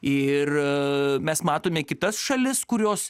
ir mes matome kitas šalis kurios